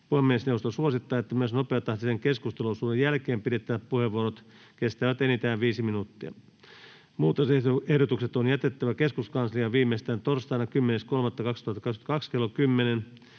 Puhemiesneuvosto suosittaa, että myös nopeatahtisen keskusteluosuuden jälkeen pidettävät puheenvuorot kestävät enintään viisi minuuttia. Muutosehdotukset on jätettävä keskuskansliaan viimeistään torstaina 10.3.2022 kello 10.